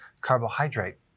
carbohydrate